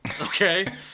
Okay